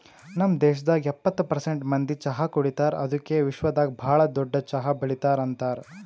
ನಮ್ ದೇಶದಾಗ್ ಎಪ್ಪತ್ತು ಪರ್ಸೆಂಟ್ ಮಂದಿ ಚಹಾ ಕುಡಿತಾರ್ ಅದುಕೆ ವಿಶ್ವದಾಗ್ ಭಾಳ ದೊಡ್ಡ ಚಹಾ ಬೆಳಿತಾರ್ ಅಂತರ್